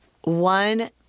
one